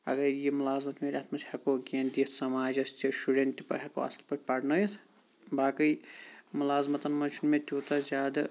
اَگرَے یہِ مُلازمَت میلہِ اَتھ مَنٛز ہیٚکو کینٛہہ دِتھ سَماجَس تہِ شُرٮ۪ن تہٕ ہیٚکو اَصٕل پٲٹھۍ پَرنٲیِتھ باقی مُلازمَتَن منٛز چھُ نہِ مےٚ تیوتاہ زیادٕ